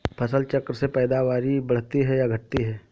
फसल चक्र से पैदावारी बढ़ती है या घटती है?